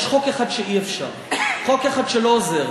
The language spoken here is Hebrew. יש חוק אחד שאי-אפשר, חוק אחד שלא עוזר,